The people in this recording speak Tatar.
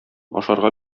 ашарга